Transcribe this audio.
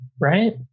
right